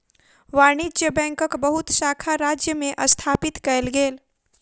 वाणिज्य बैंकक बहुत शाखा राज्य में स्थापित कएल गेल